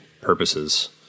purposes